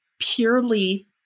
purely